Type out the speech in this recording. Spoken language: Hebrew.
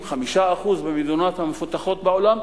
5% במדינות המפותחות בעולם,